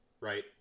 right